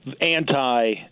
anti